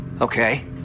Okay